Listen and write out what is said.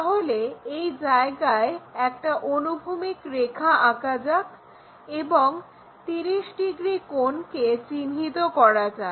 তাহলে এই জায়গায় একটা অনুভূমিক রেখা আঁকা যাক এবং 30° কোণকে চিহ্নিত করা যাক